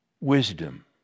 Wisdom